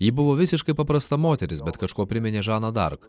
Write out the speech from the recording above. ji buvo visiškai paprasta moteris bet kažkuo priminė žaną dark